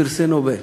פרסי נובל.